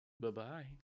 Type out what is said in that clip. Bye-bye